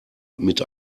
mit